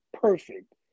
perfect